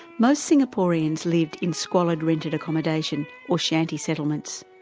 most singaporeans lived in squalid rented accommodation, or shanty settlements.